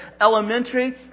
elementary